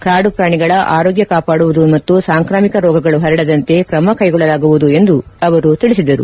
ಕಾಡು ಪ್ರಾಣಿಗಳ ಆರೋಗ್ಯ ಕಾಪಾಡುವುದು ಮತ್ತು ಸಾಂಕ್ರಾಮಿಕ ರೋಗಗಳು ಹರಡದಂತೆ ಕ್ರಮ ಕೈಗೊಳ್ಳಲಾಗುವುದು ಎಂದು ಅವರು ತಿಳಿಸಿದರು